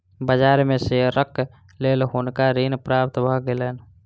बाजार में शेयरक लेल हुनका ऋण प्राप्त भ गेलैन